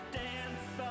dance